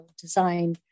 design